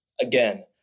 Again